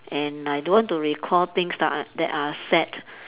and I don't want to recall things that are that are sad